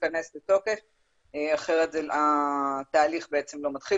ייכנס לתוקף כי אחרת התהליך לא מתחיל.